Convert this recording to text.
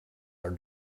are